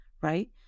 right